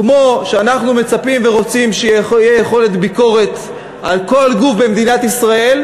כמו שאנחנו מצפים ורוצים שתהיה יכולת ביקורת על כל גוף במדינת ישראל,